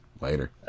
Later